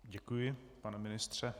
Děkuji, pane ministře.